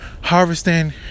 harvesting